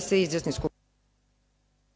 se izjasni Skupština.